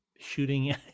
shooting